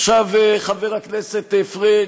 עכשיו, חבר הכנסת פריג',